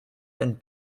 and